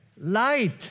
light